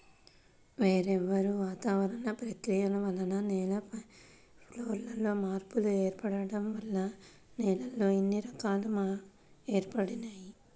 వేర్వేరు వాతావరణ ప్రక్రియల వల్ల నేల పైపొరల్లో మార్పులు ఏర్పడటం వల్ల నేలల్లో ఇన్ని రకాలు ఏర్పడినియ్యి